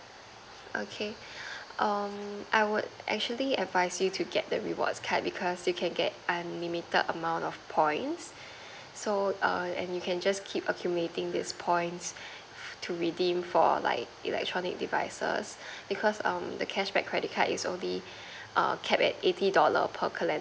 okay um I would actually advise you to get the rewards card because you can get unlimited amount of points so err and you can just keep accumulating these points to redeem for like electronic devices because um the cash back credit card is only err capped at eighty dollar per calendar